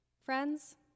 Friends